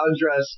undressed